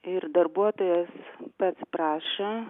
ir darbuotojas pats prašė